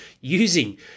using